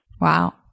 Wow